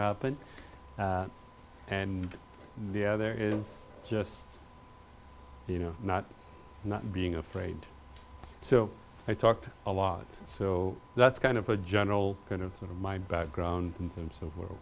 happen and the other is just you know not not being afraid so i talked a lot so that's kind of a general kind of my background in terms of where